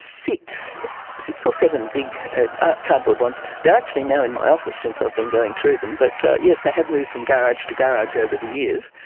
six six or seven big cardboard ones. they are actually now in my office since i've been going through them, but yes, they have moved from garage to garage over the years,